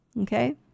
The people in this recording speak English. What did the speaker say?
Okay